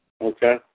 Okay